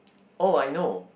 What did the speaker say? oh I know